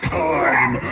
time